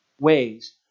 ways